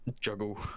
juggle